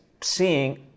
seeing